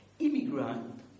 immigrant